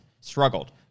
struggled